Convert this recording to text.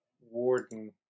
warden